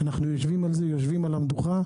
אנחנו יושבים על המדוכה,